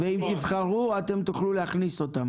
ואם תבחרו, אתם תוכלו להכניס אותם.